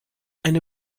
eine